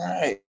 Right